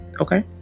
okay